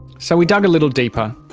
so we dug a little deeper.